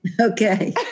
Okay